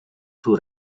two